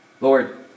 Lord